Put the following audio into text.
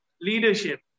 leadership